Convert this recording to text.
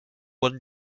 one